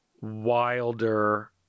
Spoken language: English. Wilder